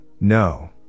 no